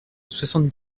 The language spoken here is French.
soixante